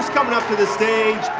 coming up to the stage